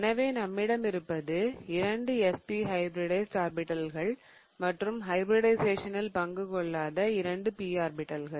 எனவே நம்மிடம் இருப்பது இரண்டு sp ஹைபிரிடைஸிட் ஆர்பிடல்கள் மற்றும் ஹைபிரிடிஷயேசனில் பங்கு கொள்ளாத இரண்டு p ஆர்பிடல்கள்